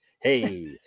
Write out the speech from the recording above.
Hey